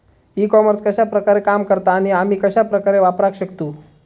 E commerce कश्या प्रकारे काम करता आणि आमी कश्या प्रकारे वापराक शकतू?